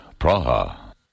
Praha